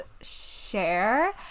share